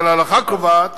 אבל ההלכה קובעת